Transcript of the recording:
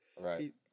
Right